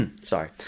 sorry